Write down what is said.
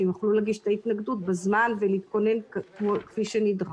שהם יוכלו להגיש את ההתנגדות בזמן ולהתכונן כפי שנדרש.